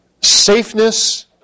safeness